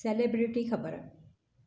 celebrity ख़बर